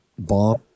Bomb